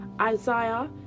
isaiah